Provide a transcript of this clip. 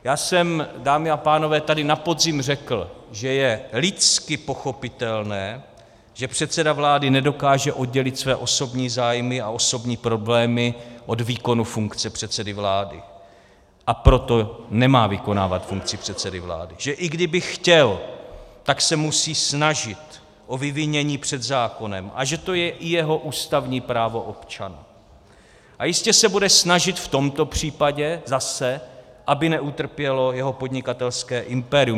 Já jsem, dámy a pánové, tady na podzim řekl, že je lidsky pochopitelné, že předseda vlády nedokáže oddělit své osobní zájmy a osobní problémy od výkonu funkce předsedy vlády, a proto nemá vykonávat funkci předsedy vlády, že i kdyby chtěl, tak se musí snažit o vyvinění před zákonem, a že to je i jeho ústavní právo občana, a jistě se bude snažit v tomto případě zase, aby neutrpělo jeho podnikatelské impérium.